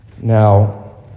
Now